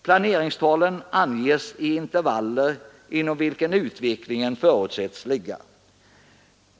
Planeringstalen anger det intervall inom vilket utvecklingen förutsätts ligga.